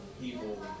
people